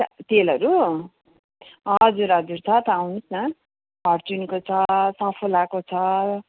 तेलहरू हजुर हजुर छ त आउनुहोस् न फर्चुनको छ सफोलाको छ